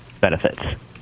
benefits